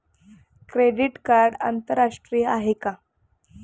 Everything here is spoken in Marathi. क्रेडिट कार्ड आंतरराष्ट्रीय आहे का?